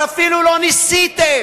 אבל אפילו לא ניסיתם.